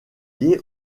liés